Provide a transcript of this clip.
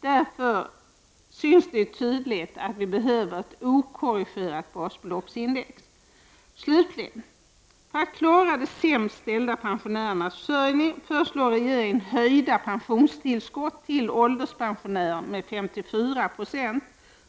Därför syns det tydligt att det behövs ett okorrigerat basbeloppsindex. Slutligen föreslår regeringen, för att klara de sämst ställda pensionärernas försörjning, en höjning av pensionstillskotten till ålderspensionärer med 54 96